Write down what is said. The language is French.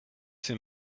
ces